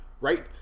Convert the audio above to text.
right